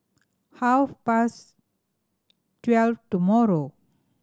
half past twelve tomorrow